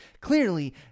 Clearly